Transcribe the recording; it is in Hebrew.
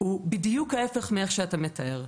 הוא בדיוק ההפך ממה שאתה מתאר.